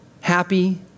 happy